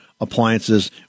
appliances